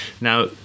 Now